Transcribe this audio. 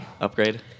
upgrade